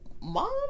mom